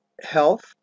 health